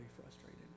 frustrated